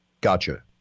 Gotcha